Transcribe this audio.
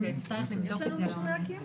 אנחנו נצטרך לבדוק את זה לעומק.